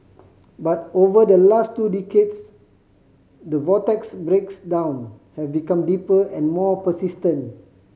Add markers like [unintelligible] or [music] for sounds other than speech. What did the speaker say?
but over the last two decades the vortex [unintelligible] have become deeper and more persistent